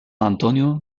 antonio